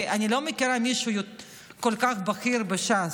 כי אני לא מכירה מישהו כל כך בכיר בש"ס,